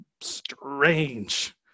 strange